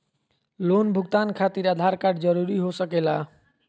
Loan भुगतान खातिर Aadhaar card जरूरी हो सके ला?